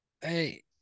Hey